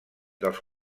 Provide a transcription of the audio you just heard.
dels